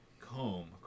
comb